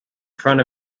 front